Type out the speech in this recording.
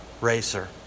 racer